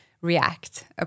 react